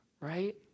right